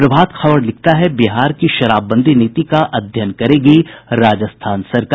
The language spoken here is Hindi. प्रभात खबर लिखता है बिहार की शराबबंदी नीति का अध्ययन करेगी राजस्थान सरकार